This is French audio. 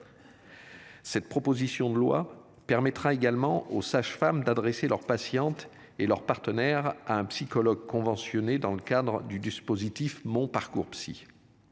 Cette proposition de loi permettra également aux sages-femmes d'adresser leurs patientes et leurs partenaires à un psychologue conventionné, dans le cadre du dispositif mon parcours psy.